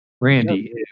Randy